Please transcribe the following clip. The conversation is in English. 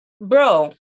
bro